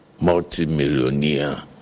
multimillionaire